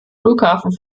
flughafen